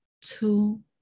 two